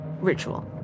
ritual